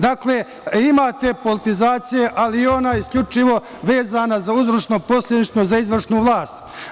Dakle, ima te politizacije, ali ona je isključivo vezana uzročno-posledično za izvršnu vlast.